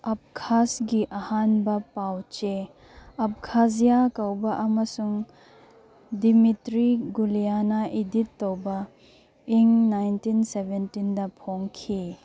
ꯑꯞꯈꯥꯖꯒꯤ ꯑꯍꯥꯟꯕ ꯄꯥꯎ ꯆꯦ ꯑꯞꯈꯥꯖꯤꯌꯥ ꯀꯧꯕ ꯑꯃꯁꯨꯡ ꯗꯤꯃꯤꯇ꯭ꯔꯤ ꯒꯨꯂꯤꯌꯥꯅ ꯏꯗꯤꯠ ꯇꯧꯕ ꯏꯪ ꯅꯥꯏꯟꯇꯤꯟ ꯁꯕꯦꯟꯇꯤꯟꯗ ꯐꯣꯡꯈꯤ